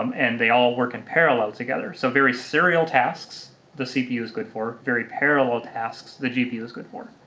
um and they all work in parallel together. so very serial tasks, the cpu is good for. very parallel tasks, the gpu is good for.